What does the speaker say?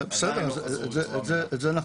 עדיין לא חזרו בצורה מלאה את זה אנחנו